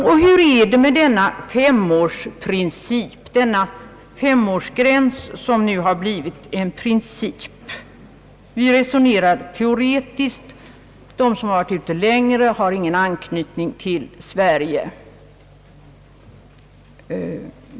Och hur är det med denna femårsgräns som nu har blivit en princip? Vi resonerar, säger man, teoretiskt: de som varit ute längre har ingen anknytning till Sverige.